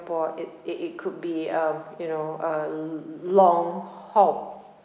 it it it could be um you know uh a long haul